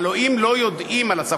הלוא אם לא יודעים על הצו,